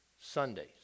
Sundays